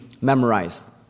memorized